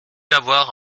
avoir